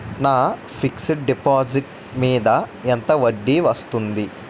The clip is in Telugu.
నా ఫిక్సడ్ డిపాజిట్ మీద ఎంత వడ్డీ వస్తుంది?